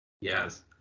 Yes